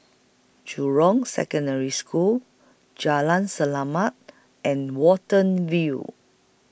Jurong Secondary School Jalan Selamat and Watten View